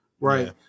right